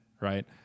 Right